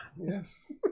Yes